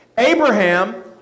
Abraham